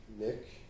Nick